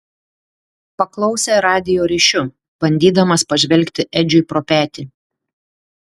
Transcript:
paklausė radijo ryšiu bandydamas pažvelgti edžiui pro petį